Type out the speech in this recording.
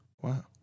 Wow